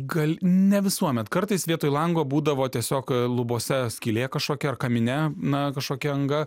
gal ne visuomet kartais vietoj lango būdavo tiesiog lubose skylė kažkokia ar kamine na kažkokia anga